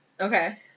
Okay